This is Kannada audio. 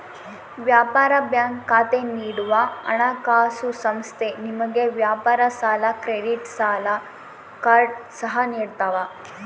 ವ್ಯಾಪಾರ ಬ್ಯಾಂಕ್ ಖಾತೆ ನೀಡುವ ಹಣಕಾಸುಸಂಸ್ಥೆ ನಿಮಗೆ ವ್ಯಾಪಾರ ಸಾಲ ಕ್ರೆಡಿಟ್ ಸಾಲ ಕಾರ್ಡ್ ಸಹ ನಿಡ್ತವ